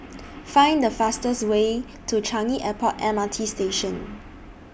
Find The fastest Way to Changi Airport M R T Station